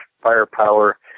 firepower